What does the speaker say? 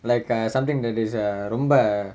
like uh something that is a ரொம்ப:romba